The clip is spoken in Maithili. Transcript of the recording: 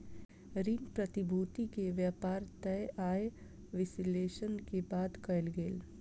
ऋण प्रतिभूति के व्यापार तय आय विश्लेषण के बाद कयल गेल